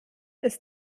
ist